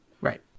Right